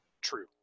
true